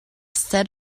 set